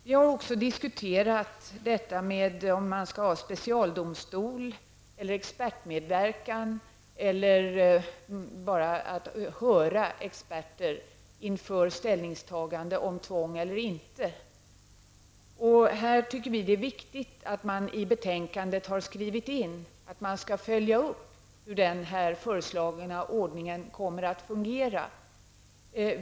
Vi har också diskuterat om man skall ha specialdomstol eller expertmedverkan eller bara höra experter inför ställningstagande om tvång eller inte. Här tycker vi att det är viktigt att utskottet har skrivit in i betänkandet att man skall följa hur den föreslagna ordningen kommer att fungera.